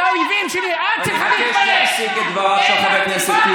את חלאת אדם.